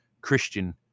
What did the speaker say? Christian